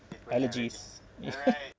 allergies